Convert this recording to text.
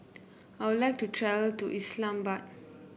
I would like to to Islamabad